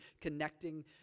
connecting